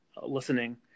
listening